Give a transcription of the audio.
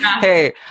hey